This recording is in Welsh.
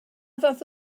fath